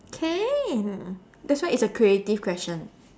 can that's why it's a creative question